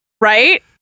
Right